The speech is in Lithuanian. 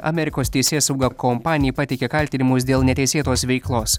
amerikos teisėsauga kompanijai pateikė kaltinimus dėl neteisėtos veiklos